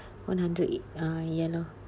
one hundred eight~ ah ya loh